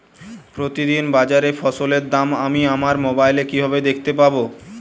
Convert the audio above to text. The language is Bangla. প্রতিদিন বাজারে ফসলের দাম আমি আমার মোবাইলে কিভাবে দেখতে পাব?